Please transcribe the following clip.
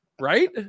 right